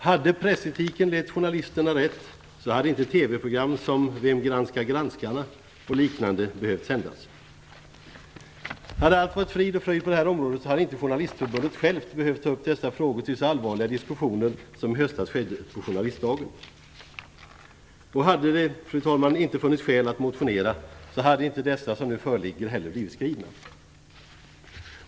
Hade pressetiken lett journalisterna rätt hade inte TV-program som Vem granskar granskarna och liknande behövt sändas. Hade allt varit frid och fröjd på det här området hade inte Journalistförbundet självt behövt ta upp dessa frågor till så allvarliga diskussioner som skedde i höstas på journalistdagen. Då hade det, fru talman, inte funnits skäl att motionera, och då hade inte de motioner som nu föreligger heller blivit skrivna.